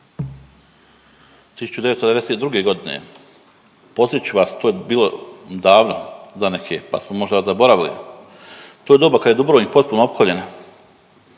1992. g. Podsjetit ću vas, to je bilo davno za neke pa su možda zaboravili. To je doba kad je Dubrovnik potpuno opkoljen,